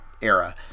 era